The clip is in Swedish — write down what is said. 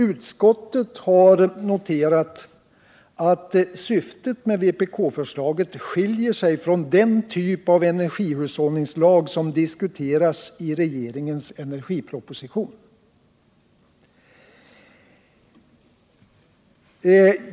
Utskottet har noterat att syftet med vpk-förslaget skiljer sig från den typ av energihushållningslag som diskuterades i regeringens energiproposition.